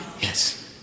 yes